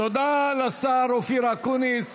תודה לשר אופיר אקוניס.